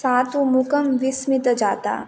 सा तु मुखं विस्मितं जातम्